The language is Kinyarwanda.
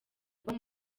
kuba